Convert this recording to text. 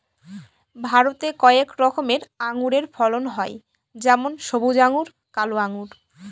ভারতে কয়েক রকমের আঙুরের ফলন হয় যেমন সবুজ আঙ্গুর, কালো আঙ্গুর